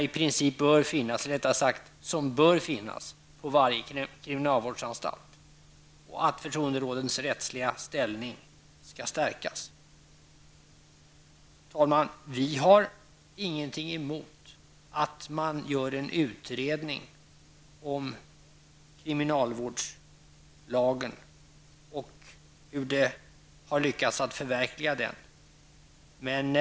Det bör finnas ett förtroenderåd på varje kriminalvårdsanstalt, och deras rättsliga ställning bör stärkas. Herr talman! Vi miljöpartister har ingenting emot en utredning om kriminalvårdslagen och hur man har lyckats att förverkliga dess intentioner.